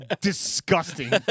disgusting